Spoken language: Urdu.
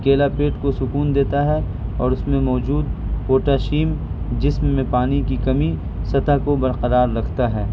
کیلا پیٹ کو سکون دیتا ہے اور اس میں موجود پوٹیشیم جسم میں پانی کی کمی سطح کو برقرار رکھتا ہے